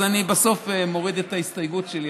אז אני בסוף מוריד את ההסתייגות שלי,